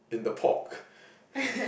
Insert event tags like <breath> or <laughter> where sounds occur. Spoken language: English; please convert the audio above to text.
in the pork <breath>